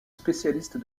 spécialiste